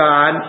God